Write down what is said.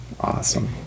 awesome